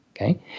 okay